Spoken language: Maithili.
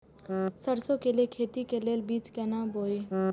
सरसों के लिए खेती के लेल बीज केना बोई?